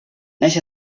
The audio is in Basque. nahiz